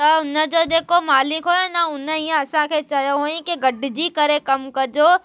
त उन जो जेको मालिक हुओ न उन ईअं असांखे चयो हुअईं की गॾिजी करे कमु कजो